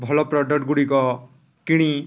ଭଲ ପ୍ରଡକ୍ଟଗୁଡ଼ିକ କିଣି